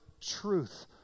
truth